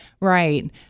right